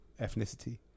ethnicity